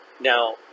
Now